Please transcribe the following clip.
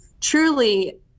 truly